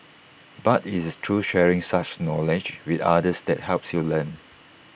but IT is through sharing such knowledge with others that helps you learn